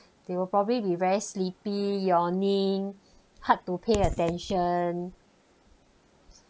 they will probably be very sleepy yawning hard to pay attention